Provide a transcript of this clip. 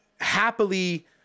happily